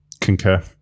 Concur